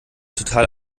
total